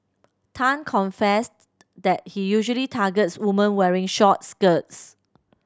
Tan confessed that he usually targets women wearing short skirts